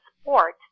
sport